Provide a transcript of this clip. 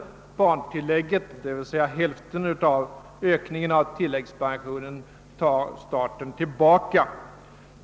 Det innebär alltså att staten tar tillbaka hälften av ökningen av tillläggspensionén.